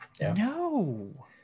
No